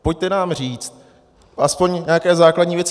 Pojďte nám říct alespoň nějaké základní věci.